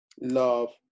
love